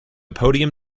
podium